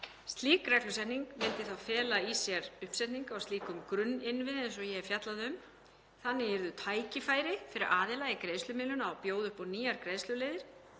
Slík reglusetning myndi fela í sér uppsetningu á slíkum grunninnviðum eins og ég hef fjallað um. Þannig yrðu tækifæri fyrir aðila í greiðslumiðlun að bjóða upp á nýjar greiðsluleiðir.